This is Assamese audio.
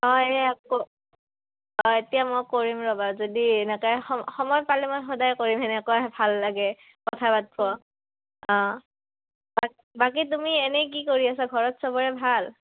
অঁ এই অঁ এতিয়া মই কৰিম ৰ'বা যদি এনেকে সময় পালে মই সদায় কৰিম সেনেকুৱা ভাল লাগে কথা পাতিব অঁ বাকী তুমি এনেই কি কৰি আছা ঘৰত চবৰে ভাল